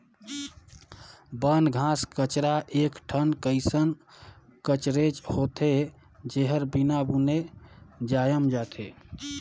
बन, घास कचरा एक ठन कइसन कचरेच होथे, जेहर बिना बुने जायम जाथे